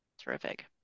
terrific